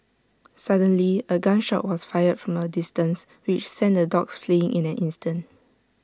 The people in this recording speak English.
suddenly A gun shot was fired from A distance which sent the dogs fleeing in an instant